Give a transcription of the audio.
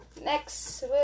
Next